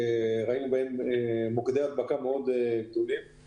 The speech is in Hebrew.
מוקדי הדבקה גדולים מאוד.